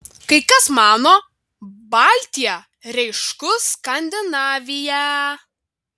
kai kas mano baltia reiškus skandinaviją